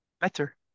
better